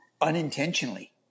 unintentionally